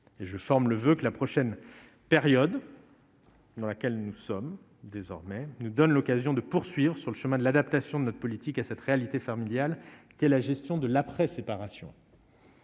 et je forme le voeu que la prochaine période. Dans laquelle nous sommes désormais nous donne l'occasion de poursuivre sur le chemin de l'adaptation de notre politique à cette réalité familiale qui est la gestion de l'après-séparation.